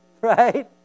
right